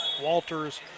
Walters